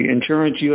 Insurance